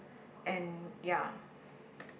and ya